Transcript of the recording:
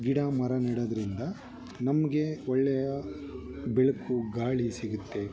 ಗಿಡಮರ ನೆಡೋದ್ರಿಂದ ನಮಗೆ ಒಳ್ಳೆಯ ಬೆಳಕು ಗಾಳಿ ಸಿಗುತ್ತೆ